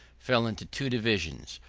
fell into two divisions,